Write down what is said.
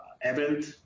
event